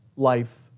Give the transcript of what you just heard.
life